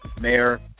mayor